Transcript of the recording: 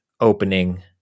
opening